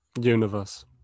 universe